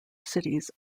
cities